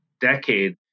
decade